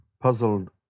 puzzled